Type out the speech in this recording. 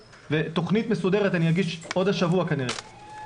תוכנית מסודרת אני אגיש עוד השבוע כנראה,